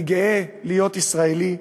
אני גאה להיות ישראלי,